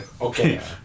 Okay